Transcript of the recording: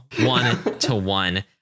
One-to-one